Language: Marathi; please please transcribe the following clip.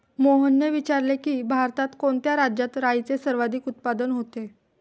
मोहनने विचारले की, भारतात कोणत्या राज्यात राईचे सर्वाधिक उत्पादन होते?